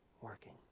working